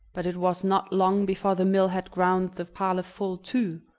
but it was not long before the mill had ground the parlor full too,